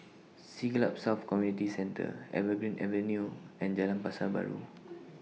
Siglap South Community Centre Evergreen Avenue and Jalan Pasar Baru